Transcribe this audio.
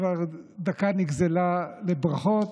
דקה כבר נגזלה לברכות,